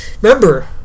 Remember